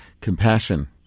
Compassion